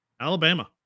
Alabama